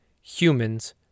humans